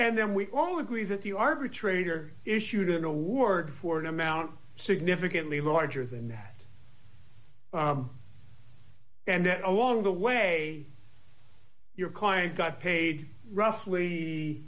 and then we all agree that the arbitrator issued an award for an amount significantly larger than that and that along the way your client got paid roughly